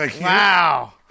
Wow